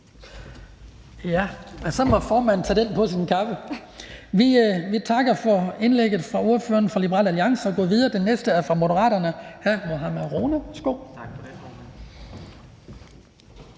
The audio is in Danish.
Så må formanden tage den på sin kappe. Vi takker for indlægget fra ordføreren for Liberal Alliance og går videre. Den næste ordfører er fra Moderaterne,